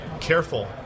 careful